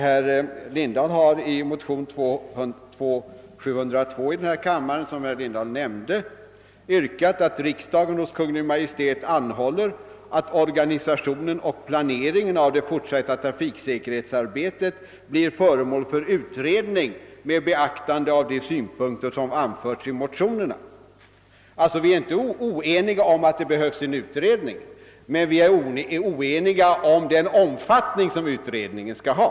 Herr Lindahl har, såsom han nämnde, i motion II: 702 yrkat, att riksdagen hos Kungl. Maj:t skall anhålla, att organisationen och planeringen av det fortsatta trafiksäkerhetsarbetet skall bli föremål för utredning med beaktande av de synpunkter som anförts i motionen. Vi är alltså inte oeniga om behovet av en utredning, men vi är oeniga när det gäller den omfattning som utredningen skall ha.